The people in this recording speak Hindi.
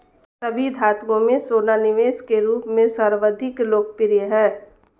सभी धातुओं में सोना निवेश के रूप में सर्वाधिक लोकप्रिय है